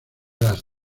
las